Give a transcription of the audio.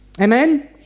Amen